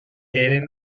eren